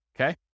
okay